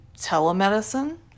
telemedicine